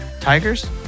tigers